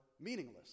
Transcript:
meaningless